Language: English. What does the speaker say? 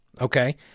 Okay